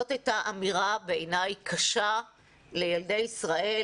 בעיניי זו הייתה אמירה קשה לילדי ישראל,